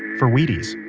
for wheaties